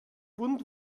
bunt